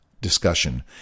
discussion